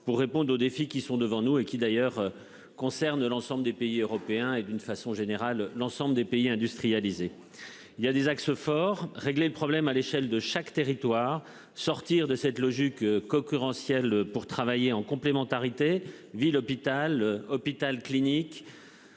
pour répondre aux défis qui sont devant nous et qui d'ailleurs concerne l'ensemble des pays européens et d'une façon générale, l'ensemble des pays industrialisés. Il y a des axes forts régler le problème à l'échelle de chaque territoire sortir de cette le Juke concurrentiel pour travailler en complémentarité ville hôpital hôpital clinique.